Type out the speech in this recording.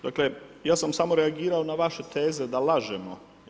Dakle, ja sam samo reagirao na vaše teze da lažemo.